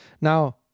Now